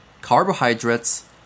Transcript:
Carbohydrates